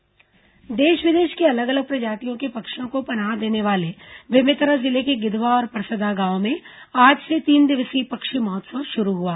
पक्षी महोत्सव देश विदेश के अलग अलग प्रजातियों के पक्षियों को पनाह देने वाले बेमेतरा जिले के गिधवा और परसदा गांव में आज से तीन दिवसीय पक्षी महोत्सव शुरू हुआ